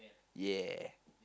ya